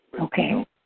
Okay